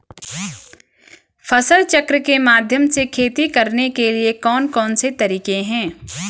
फसल चक्र के माध्यम से खेती करने के लिए कौन कौन से तरीके हैं?